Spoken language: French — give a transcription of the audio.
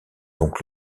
donc